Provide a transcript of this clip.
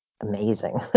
amazing